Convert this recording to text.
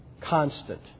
Constant